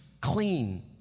clean